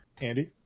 Andy